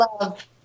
love